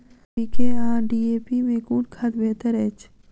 NPK आ DAP मे कुन खाद बेहतर अछि?